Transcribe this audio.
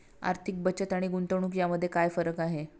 आर्थिक बचत आणि गुंतवणूक यामध्ये काय फरक आहे?